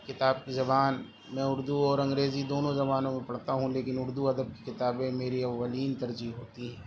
کتاب کی زبان میں اردو اور انگریزی دونوں زبانوں میں پڑھتا ہوں لیکن اردو ادب کی کتابیں میری اولین ترجیح ہوتی ہیں